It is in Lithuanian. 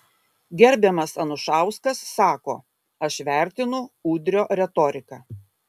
gerbiamas anušauskas sako aš vertinu udrio retoriką